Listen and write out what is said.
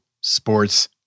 sports